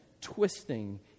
twisting